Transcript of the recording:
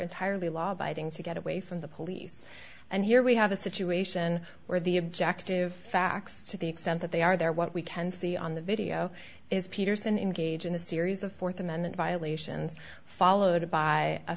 entirely law abiding to get away from the police and here we have a situation where the objective facts to the extent that they are there what we can see on the video is peterson in gage in a series of fourth amendment violations followed by a